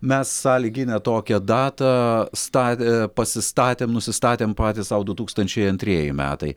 mes sąlyginę tokią datą statę pasistatėm nusistatėm patys sau du tūkstančiai antrieji metai